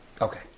Okay